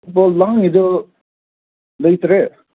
ꯕꯣꯜ ꯅꯍꯥꯟꯒꯤꯗꯨ ꯂꯩꯇ꯭ꯔꯦ